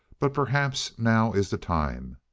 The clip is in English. but perhaps now is the time.